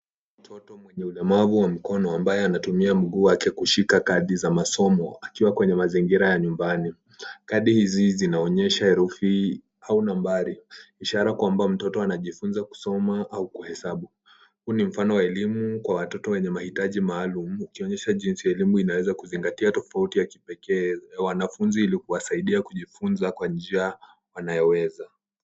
Mtoto mwenye ulemavu wa mkono, ambaye anatumia mguu wake kushika kadi za masomo, akiwa kwenye mazingira ya nyumbani. Kadi hizi zinaonyesha herufi au nambari, ishara kwamba mtoto anajifunza kusoma au kuhesabu. Huu ni mfano wa elimu kwa watoto wenye mahitaji maalum, ikionyesha jinsi elimu inaweza kuzingatia tofauti ya kipekee ,wanafunzi Ili kuwasaidia kujifunza kwa njia wanayoweza.